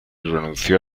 renunció